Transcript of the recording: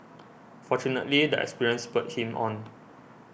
fortunately the experience spurred him on